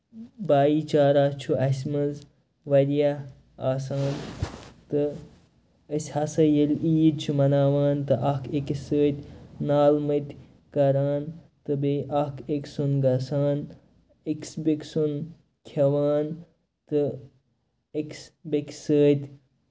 بایہِ چارا چھُ اَسہِ منٛز واریاہ آسان تہٕ أسۍ ہسا ییٚلہِ عیٖد چھِ مَناوان تہٕ اکھ أکِس سۭتۍ نالہٕ مٔتۍ کران تہٕ بیٚیہِ اکھ أکۍ سُند گژھان أکِس بیٚیہِ کہِ سُند کھٮ۪وان تہٕ أکِس بیٚیہِ کہِ سۭتۍ